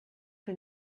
que